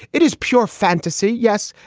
it is pure fantasy. yes,